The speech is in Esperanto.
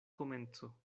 komenco